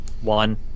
One